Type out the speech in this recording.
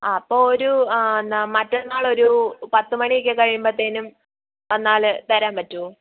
ആ അപ്പം ഒരു ആ എന്നാ മാറ്റന്നാളൊരു പത്ത് മണി ഒക്കെ കഴിയുമ്പത്തേനും വന്നാല് തരാൻ പറ്റുവോ